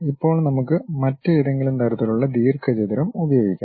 ഇപ്പോൾ നമുക്ക് മറ്റേതെങ്കിലും തരത്തിലുള്ള ദീർഘചതുരം ഉപയോഗിക്കാം